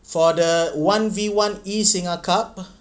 for the one V one E singa cup